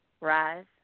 Rise